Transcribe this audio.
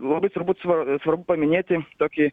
labai turbūt svar svarbu paminėti tokį